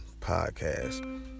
podcast